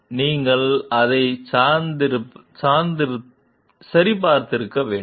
எனவே நீங்கள் அதைச் சரிபார்த்திருக்க வேண்டும்